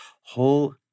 whole